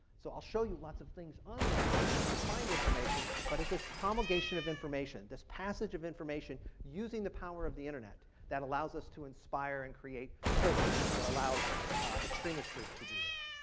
so i will show you lots of things on the internet where you can find information but it's this promulgation of information, this passage of information using the power of the internet that allows us to inspire and create spillovers or allows extremist groups to do this.